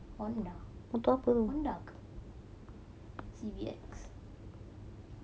Honda C_V_X